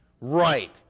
right